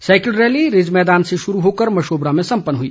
cycle rally ridge मैदान से शुरू होकर मशोबरा में संपन्न हई